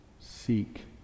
seek